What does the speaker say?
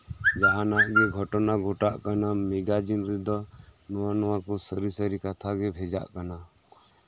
ᱡᱟᱸᱦᱟᱱᱟᱜ ᱜᱮ ᱜᱷᱚᱴᱚᱱᱟ ᱜᱷᱚᱴᱟᱜ ᱠᱟᱱᱟ ᱢᱮᱜᱟᱡᱤᱱ ᱨᱮᱫᱚ ᱱᱚᱜᱚ ᱱᱚᱣᱟ ᱠᱚ ᱥᱟᱹᱨᱤ ᱥᱟᱹᱨᱤ ᱠᱟᱛᱷᱟᱜᱮ ᱵᱷᱮᱡᱟᱜ ᱠᱟᱱᱟ